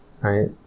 Right